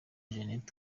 jeannette